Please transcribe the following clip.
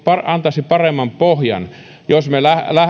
antaisi paremman pohjan jos me